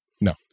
No